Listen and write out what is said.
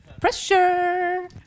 Pressure